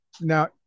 now